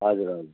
हजुर हजुर